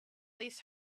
these